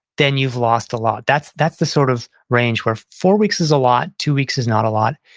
then you've lost a lot. that's that's the sort of range where four weeks is a lot, two weeks is not a lot.